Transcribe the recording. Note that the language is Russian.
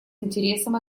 интересом